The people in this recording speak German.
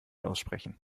aussprechen